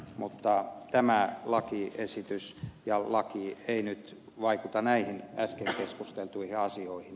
mutta tämä laki ei nyt vaikuta näihin äsken keskusteltuihin asioihin